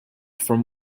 from